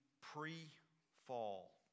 pre-fall